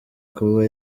kuba